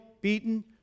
beaten